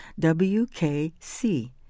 WKC